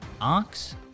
OX